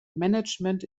management